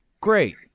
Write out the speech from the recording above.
great